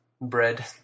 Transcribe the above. bread